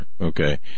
Okay